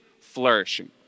flourishing